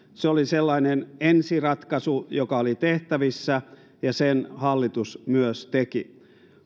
se oli sellainen ensiratkaisu joka oli tehtävissä ja sen hallitus myös teki